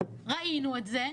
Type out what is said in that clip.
וראינו את זה,